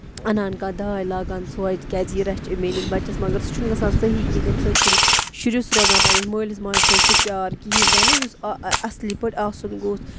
اَنان کانٛہہ داے لاگان سۄے تِکیٛازِ یہِ رَچھِ میٛٲنِس بَچَس مگر سُہ چھُنہٕ گژھان صحیح کہِ تَمہِ سۭتۍ چھُنہٕ شُرِس روزان پنٛنِس مٲلِس ماجہِ سۭتۍ سُہ پیار کِہیٖنۍ تہِ نہٕ یُس آ اَصلی پٲٹھۍ آسُن گوٚژھ